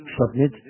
submit